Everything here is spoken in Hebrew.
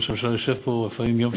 שראש הממשלה יושב פה לפעמים יום שלם.